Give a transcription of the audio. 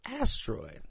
asteroid